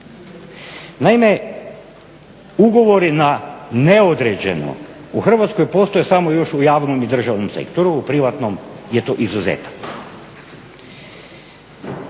Naime, ugovori na neodređeno u Hrvatskoj postoje samo još u javnom i državnom sektoru u privatnom je to izuzetak.